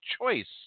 choice